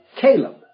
Caleb